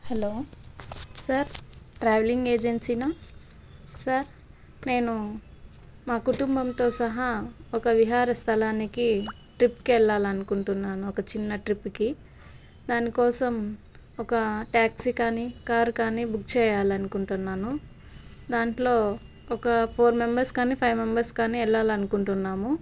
hello sir travelling ఏజెన్సీనా sir నేను మా కుటుంబంతో సహా ఒక విహార స్థలానికి ట్రిప్కి వెళ్ళాలి అనుకుంటున్నాము ఒక చిన్న ట్రిప్కి దానికోసం ఒక టాక్సీ కానీ కార్ కానీ బుక్ చేయాలనుకుంటున్నాను దాంట్లో ఒక ఫోర్ మెంబర్స్ కానీ ఫైవ్ మెంబర్స్ కానీ వెళ్ళా లి అనుకుంటున్నాము